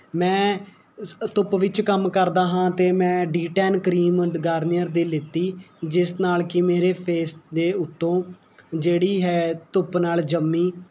ਮੈਂ ਸ ਧੁੱਪ ਵਿੱਚ ਕੰਮ ਕਰਦਾ ਹਾਂ ਅਤੇ ਮੈਂ ਡੀਟੈਨ ਕਰੀਮ ਗਾਰਨੀਅਰ ਦੀ ਲਿੱਤੀ ਜਿਸ ਨਾਲ ਕਿ ਮੇਰੇ ਫੇਸ ਦੇ ਉੱਤੋਂ ਜਿਹੜੀ ਹੈ ਧੁੱਪ ਨਾਲ ਜੰਮੀ